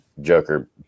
Joker